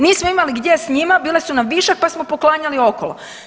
Nismo imali gdje s njima, bile su nam višak pa smo poklanjali okolo.